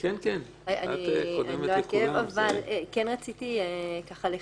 אני כן רציתי לכוון,